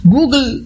Google